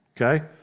Okay